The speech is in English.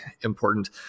important